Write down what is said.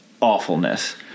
awfulness